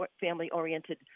family-oriented